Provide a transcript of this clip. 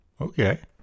okay